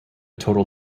total